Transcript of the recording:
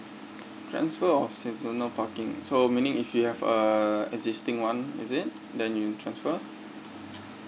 transfer of seasonal parking so meaning if you have a existing one is it then you transfer